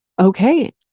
Okay